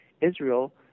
Israel